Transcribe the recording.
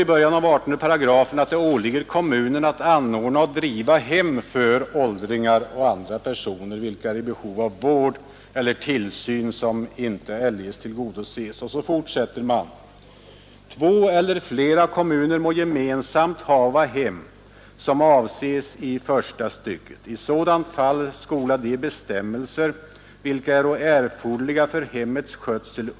I början av 18 § står: ”Det åligger kommun att anordna och driva hem för åldringar och andra personer, vilka äro i behov av vård eller tillsyn som icke eljest tillgodoses.